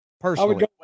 personally